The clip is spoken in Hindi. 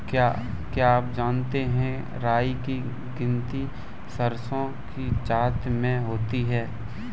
क्या आप जानते है राई की गिनती सरसों की जाति में होती है?